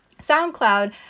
SoundCloud